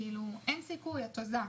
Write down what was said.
כאילו, אין סיכוי, את הוזה.